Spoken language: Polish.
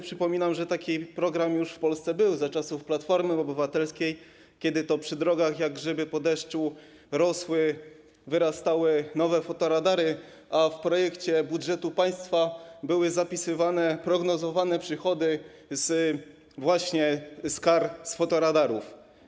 Przypominam sobie taki program w Polsce za czasów Platformy Obywatelskiej, kiedy to przy drogach jak grzyby po deszczu rosły, wyrastały nowe fotoradary, a w projekcie budżetu państwa były zapisywane prognozowane przychody właśnie z kar z fotoradarów.